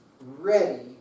ready